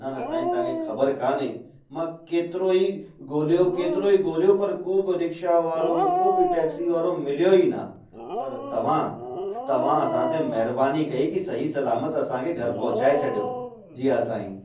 न न साईं ख़बर तव्हां खे काने मां केतिरो ई ॻोल्हियो केतिरो ॻोल्हियो पर को बि रिक्शा वारो को बि टेक्सी वारो मिलियो ई न पर तव्हां तव्हां असांते महिरबानी कई सही सलामत असांखे घर पहुचाए छॾियो जी हा साईं